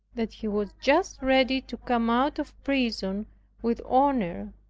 that he was just ready to come out of prison with honor,